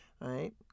right